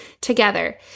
together